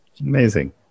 Amazing